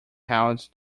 held